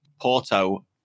Porto